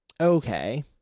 okay